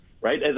right